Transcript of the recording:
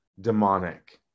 demonic